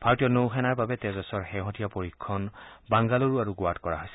ভাৰতীয় নৌ সেনাৰ বাবে তেজসৰ শেহতীয়া পৰীক্ষণ বাংগালুৰু আৰু গোৱাত কৰা হৈছে